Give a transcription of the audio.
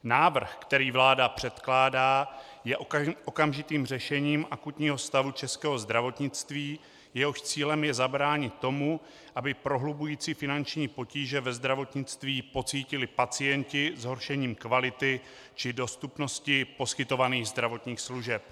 Návrh, který vláda předkládá, je okamžitým řešením akutního stavu českého zdravotnictví, jehož cílem je zabránit tomu, aby prohlubující se finanční potíže ve zdravotnictví pocítili pacienti zhoršením kvality či dostupnosti poskytovaných zdravotních služeb.